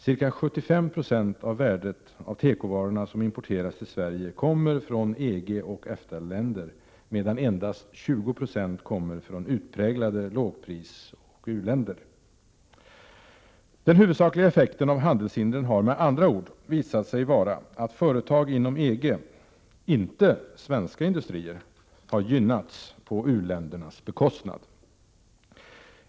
Ca 75 96 av värdet av tekovarorna som importeras till Sverige kommer från EG och EFTA-länder medan endast 20 96 kommer från utpräglade lågprisländer och u-länder. Den huvudsakliga effekten av handelshindren har med andra ord visat sig vara att företag inom EG, inte svenska industrier, har gynnats på u-ländernas bekostnad.